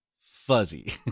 fuzzy